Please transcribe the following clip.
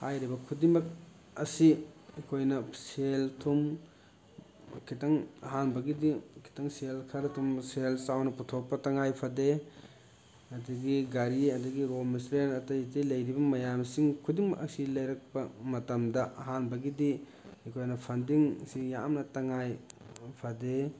ꯍꯥꯏꯔꯤꯕ ꯈꯨꯗꯤꯡꯃꯛ ꯑꯁꯤ ꯑꯩꯈꯣꯏꯅ ꯁꯦꯜ ꯊꯨꯝ ꯈꯤꯇꯪ ꯑꯍꯥꯟꯕꯒꯤꯗꯤ ꯈꯤꯇꯪ ꯁꯦꯜ ꯈꯔ ꯁꯦꯜ ꯆꯥꯎꯅ ꯄꯨꯊꯣꯛꯄ ꯇꯉꯥꯏ ꯐꯗꯦ ꯑꯗꯒꯤ ꯒꯥꯔꯤ ꯑꯗꯒꯤ ꯔꯣ ꯃꯦꯇꯔꯤꯑꯦꯜ ꯑꯇꯩ ꯑꯇꯩ ꯂꯩꯔꯤꯕ ꯃꯌꯥꯝꯁꯤꯡ ꯈꯨꯗꯤꯡꯃꯛ ꯑꯁꯤ ꯂꯩꯔꯛꯄ ꯃꯇꯝꯗ ꯑꯍꯥꯟꯕꯒꯤꯗꯤ ꯑꯩꯈꯣꯏꯅ ꯐꯟꯗꯤꯡꯁꯤ ꯌꯥꯝꯅ ꯇꯉꯥꯏ ꯐꯗꯦ